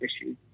issue